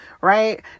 Right